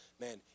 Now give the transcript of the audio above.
man